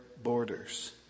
Borders